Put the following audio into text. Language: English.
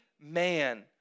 man